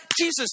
Jesus